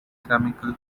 chemical